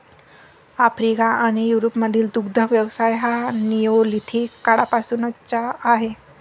Africa आणि युरोपमधील दुग्ध व्यवसाय हा निओलिथिक काळापासूनचा आहे